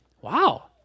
wow